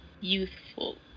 youthful